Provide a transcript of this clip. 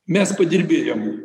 mes padirbėjom jiem